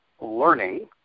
learning